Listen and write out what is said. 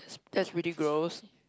that's really gross